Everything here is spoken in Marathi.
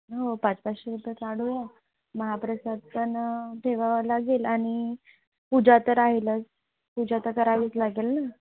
हो पाच पाचशे रुपये काढू या महाप्रसाद पण ठेवावा लागेल आणि पूजा तर राहीलच पूजा तर करावीच लागेल ना